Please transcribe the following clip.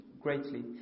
greatly